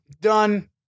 Done